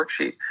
worksheet